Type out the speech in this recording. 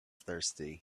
thirsty